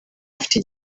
ifite